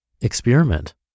experiment